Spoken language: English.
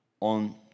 on